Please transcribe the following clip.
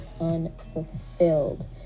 unfulfilled